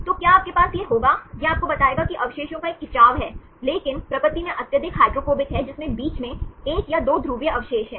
तो क्या आपके पास यह होगा यह आपको बताएगा कि अवशेषों का एक खिंचाव है लेकिन प्रकृति में अत्यधिक हाइड्रोफोबिक है जिसमें बीच में एक या 2 ध्रुवीय अवशेष हैं